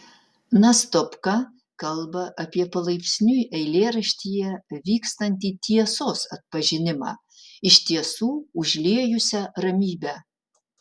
nastopka kalba apie palaipsniui eilėraštyje vykstantį tiesos atpažinimą iš tiesų užliejusią ramybę